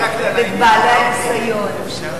את בעלי הניסיון.